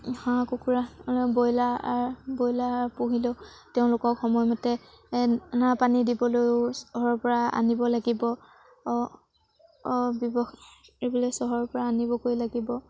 হাঁহ কুকুৰা broiler broiler পুহিলেও তেওঁলোকক সময়মতে দানা পানী দিবলৈয়ো চহৰৰপৰা আনিব লাগিব ব্যৱসায় কৰিবলৈ চহৰৰপৰা আনিবগৈ লাগিব